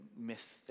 miss